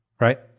right